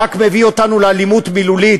רק מביא אותנו לאלימות מילולית,